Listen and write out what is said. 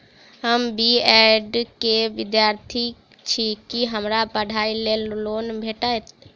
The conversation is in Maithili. हम बी ऐड केँ विद्यार्थी छी, की हमरा पढ़ाई लेल लोन भेटतय?